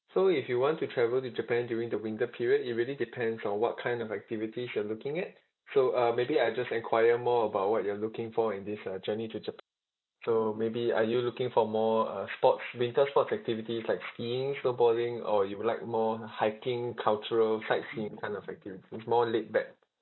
so if you want to travel to japan during the winter period it really depends on what kind of activities you're looking at so uh maybe I just enquire more about what you're looking for and this uh journey to japan so maybe are you looking for more uh sports winter sports activities like skiing snowboarding or you would like more hiking cultural sightseeing kind of activities more laid back